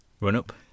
Run-up